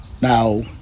now